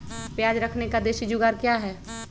प्याज रखने का देसी जुगाड़ क्या है?